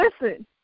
Listen